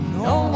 no